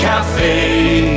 cafe